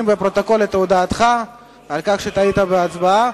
אנחנו רושמים בפרוטוקול את הודעתך על כך שהיית בהצבעה,